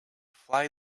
fly